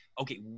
okay